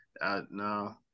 No